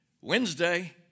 Wednesday